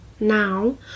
now